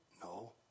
No